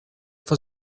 for